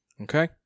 Okay